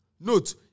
Note